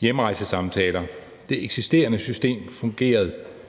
hjemrejsesamtaler. Det eksisterende system fungerede